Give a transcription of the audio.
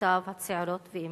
בנותיו הצעירות ואמו.